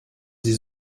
sie